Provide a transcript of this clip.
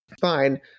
fine